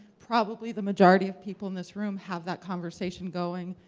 probably the majority of people in this room have that conversation going.